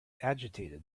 agitated